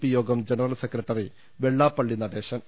P Yogam general secretary Vellappally Natesan